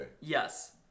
Yes